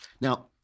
Now